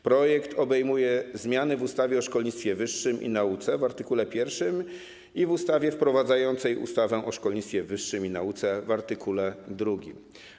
Projekt obejmuje zmiany w ustawie o szkolnictwie wyższym i nauce - w art. 1 - i w ustawie wprowadzającej ustawę o szkolnictwie wyższym i nauce - w art. 2.